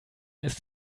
ist